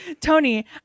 Tony